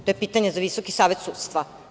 To je pitanje za Visoki savet sudstva.